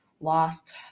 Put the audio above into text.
lost